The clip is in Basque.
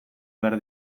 behar